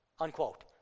Unquote